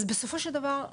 בסופו של דבר,